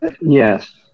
Yes